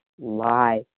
lie